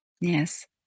yes